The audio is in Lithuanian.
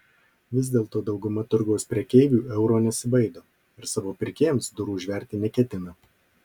vis dėlto dauguma turgaus prekeivių euro nesibaido ir savo pirkėjams durų užverti neketina